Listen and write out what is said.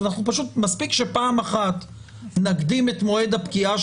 מספיק שפעם אחת נקדים את מועד הפקיעה